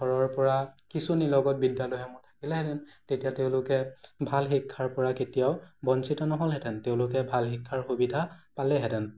ঘৰৰ পৰা কিছু নিলগত বিদ্যালয়সমূহ থাকিলেহেঁতেন তেতিয়া তেওঁলোকে ভাল শিক্ষাৰ পৰা কেতিয়াও বঞ্চিত ন'হলহেঁতেন তেওঁলোকে ভাল শিক্ষাৰ সুবিধা পালেহেঁতেন